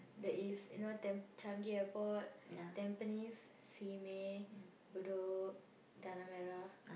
the East you know Tamp~ Changi-Airport Tampines Simei Bedok Tanah-Merah